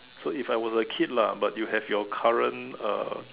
so if I was a kid lah but you have your current ah